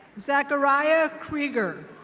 zachariah krieger.